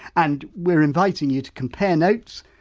and we're inviting you to compare notes,